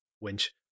winch